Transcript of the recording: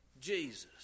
Jesus